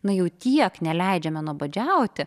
na jau tiek neleidžiame nuobodžiauti